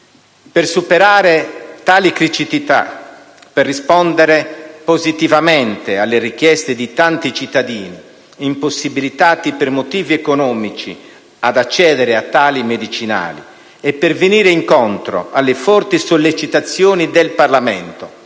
Per superare tali criticità e per rispondere positivamente alle richieste di tanti cittadini, impossibilitati per motivi economici ad accedere a tali medicinali, e per venire incontro alle forti sollecitazioni del Parlamento,